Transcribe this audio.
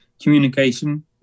communication